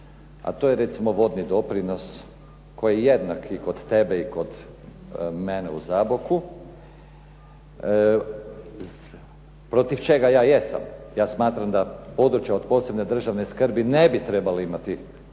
a to je recimo vodni doprinos koji je jednak i kod tebe i kod mene u Zaboku protiv čega ja jesam. Ja smatram da područja od posebne državne skrbi ne bi trebale imati vodni